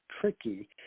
tricky